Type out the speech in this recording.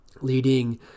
leading